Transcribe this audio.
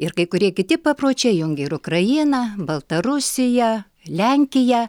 ir kai kurie kiti papročiai jungia ir ukrainą baltarusiją lenkiją